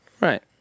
right